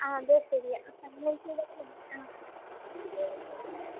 ആ അതെ ശരിയാ ആഹ്